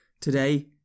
Today